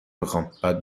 میخواهم، باید